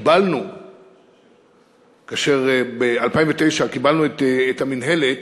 כאשר ב-2009 קיבלנו את המינהלת,